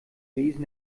lesen